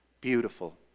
Beautiful